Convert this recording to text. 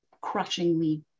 crushingly